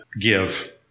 give